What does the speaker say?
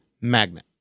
magnet